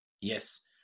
yes